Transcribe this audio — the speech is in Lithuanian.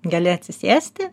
gali atsisėsti